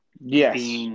Yes